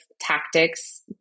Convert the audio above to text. tactics